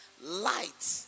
light